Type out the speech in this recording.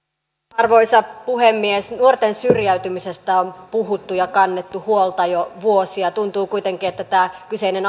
arvoisa puhemies nuorten syrjäytymisestä on puhuttu ja kannettu huolta jo vuosia tuntuu kuitenkin että tämä kyseinen